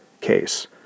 case